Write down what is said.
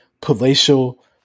palatial